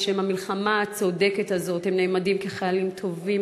ובמלחמה הצודקת הזאת הם נעמדים כחיילים הטובים